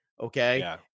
okay